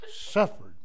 suffered